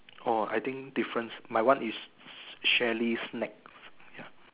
orh I think difference my one is Shally's snack ya